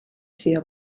sia